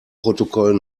protokoll